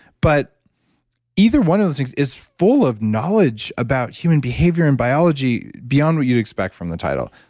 but either one of those things is full of knowledge about human behavior and biology beyond what you expect from the title.